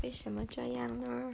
为什么这样呐